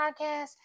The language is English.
Podcast